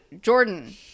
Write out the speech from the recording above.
Jordan